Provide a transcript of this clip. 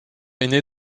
ainé